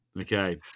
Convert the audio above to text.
Okay